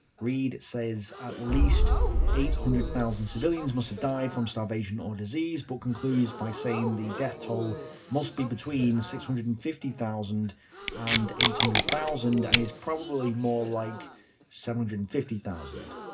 reid says at least eight hundred thousand civilians must have died from starvation or disease, but concludes by saying the death-toll must be between six hundred and fifty thousand and eight hundred thousand, and is probably more like seven hundred and fifty thousand.